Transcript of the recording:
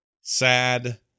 sad